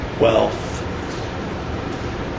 Wealth